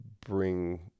bring